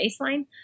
baseline